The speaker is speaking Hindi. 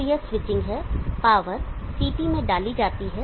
तो यह स्विचिंग है पावर CT में डाली जाती है